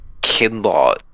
Kinlaw